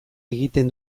egiten